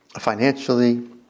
financially